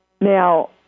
Now